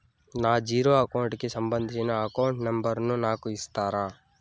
నా zero account కి సంబంధించి అకౌంట్ నెంబర్ ను నాకు ఇస్తారా